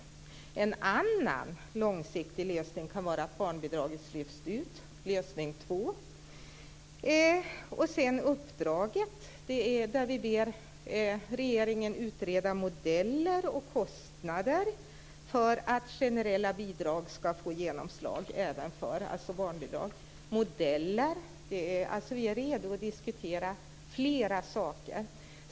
"En annan långsiktig lösning kan vara att barnbidraget lyfts ur normen". Det är lösning två. Uppdraget innebär att vi ber regeringen att utreda modeller och kostnader för att generella bidrag, dvs. barnbidrag, ska få genomslag även för familjer som lever på socialbidrag. Det handlar alltså om modeller. Vi är redo att diskutera flera saker.